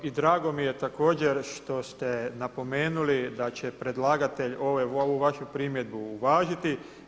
I drago mi je također što ste napomenuli da će predlagatelj ovu vašu primjedbu uvažiti.